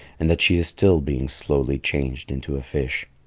and that she is still being slowly changed into a fish.